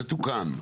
זה תוקן.